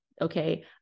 okay